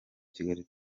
kigali